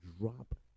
drop